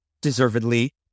deservedly